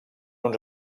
uns